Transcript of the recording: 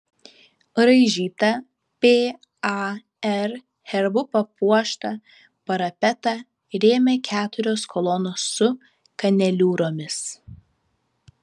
raižytą par herbu papuoštą parapetą rėmė keturios kolonos su kaneliūromis